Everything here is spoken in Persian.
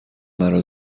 مرا